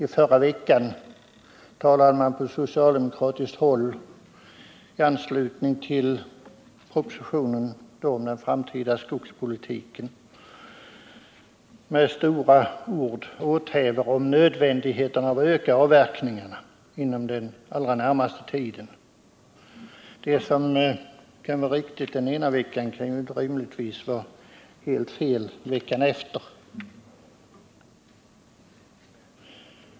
I förra veckan talade man på socialdemokratiskt håll i anslutning till propositionen om den framtida skogspolitiken med stora ord och åthävor om nödvändigheten av att öka avverkningarna inom den allra närmaste tiden. Det som är riktigt den ena veckan kan rimligtvis inte vara helt fel veckan efter.